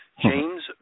James